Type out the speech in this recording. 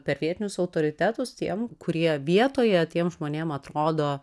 per vietinius autoritetus tiem kurie vietoje tiems žmonėms atrodo